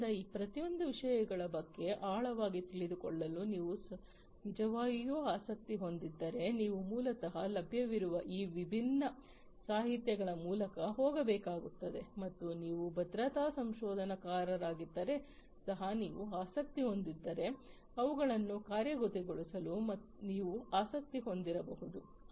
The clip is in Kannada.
ಆದ್ದರಿಂದ ಈ ಪ್ರತಿಯೊಂದು ವಿಷಯಗಳ ಬಗ್ಗೆ ಆಳವಾಗಿ ತಿಳಿದುಕೊಳ್ಳಲು ನೀವು ನಿಜವಾಗಿಯೂ ಆಸಕ್ತಿ ಹೊಂದಿದ್ದರೆ ನೀವು ಮೂಲತಃ ಲಭ್ಯವಿರುವ ಈ ವಿಭಿನ್ನ ಸಾಹಿತ್ಯಗಳ ಮೂಲಕ ಹೋಗಬೇಕಾಗುತ್ತದೆ ಮತ್ತು ನೀವು ಭದ್ರತಾ ಸಂಶೋಧಕರಾಗಿದ್ದರೆ ಸಹ ನೀವು ಆಸಕ್ತಿ ಹೊಂದಿದ್ದರೆ ಅವುಗಳನ್ನು ಕಾರ್ಯಗತಗೊಳಿಸಲು ನೀವು ಆಸಕ್ತಿ ಹೊಂದಿರಬಹುದು